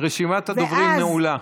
רשימת הדוברים נעולה.